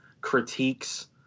critiques